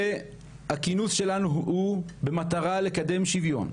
והכינוס שלנו הוא לקדם שוויון,